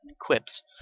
quips